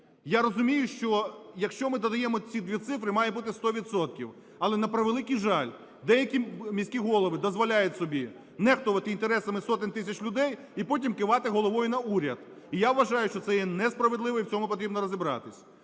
Я розумію, що, якщо ми додаємо ці дві цифри, має бути 100 відсотків. Але, на превеликий жаль, деякі міські голови дозволяють собі нехтувати інтересами сотень тисяч людей і потім кивати головою на уряд. І я вважаю, що це є несправедливо і в цьому потрібно розібратись.